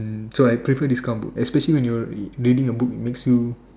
um so I prefer this kind of book especially when you're reading the book it makes you